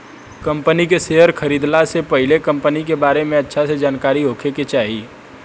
company के share खरीदला से पहिले कंपनी के बारे में अच्छा से जानकारी होखे के चाही